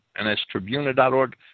nstribuna.org